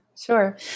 Sure